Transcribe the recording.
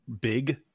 big